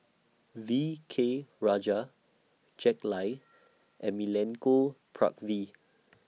V K Rajah Jack Lai and Milenko